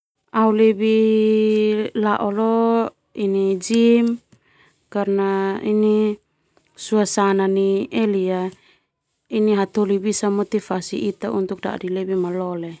Au lao leo gym karna suasana ini hataholi motivasi ita lebih malole.